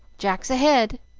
jack's ahead!